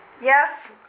Yes